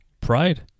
Pride